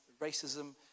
racism